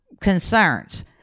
concerns